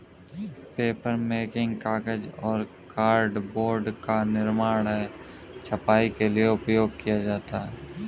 papermaking कागज और cardboard का निर्माण है छपाई के लिए उपयोग किया जाता है